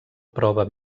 prova